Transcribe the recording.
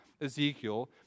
Ezekiel